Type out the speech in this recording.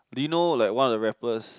did you know like one of the rappers